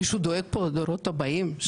מישהו דואג פה לדורות הבאים,